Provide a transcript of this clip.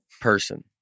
person